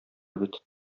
бит